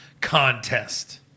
contest